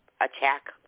attack